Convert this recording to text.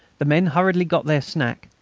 the men hurriedly got their snack,